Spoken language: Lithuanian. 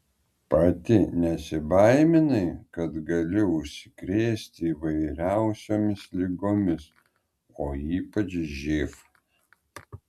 pati nesibaiminai kad gali užsikrėsti įvairiausiomis ligomis o ypač živ